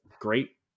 great